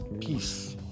peace